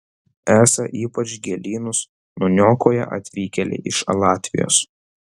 esą ypač gėlynus nuniokoja atvykėliai iš latvijos